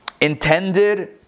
intended